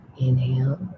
inhale